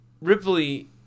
Ripley